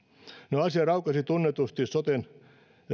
no asia raukesi tunnetusti soten